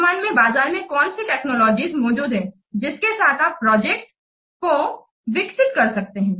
वर्तमान में बाजार में कौन सी टेक्नोलॉजीज मौजूद हैं जिसके साथ आप प्रोजेक्ट को विकसित कर सकते हैं